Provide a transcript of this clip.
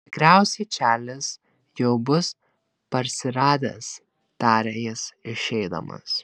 tikriausiai čarlis jau bus parsiradęs tarė jis išeidamas